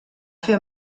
fer